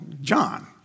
John